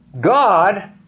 God